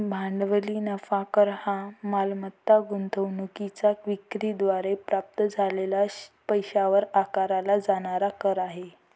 भांडवली नफा कर हा मालमत्ता गुंतवणूकीच्या विक्री द्वारे प्राप्त झालेल्या पैशावर आकारला जाणारा कर आहे